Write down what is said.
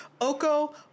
Oko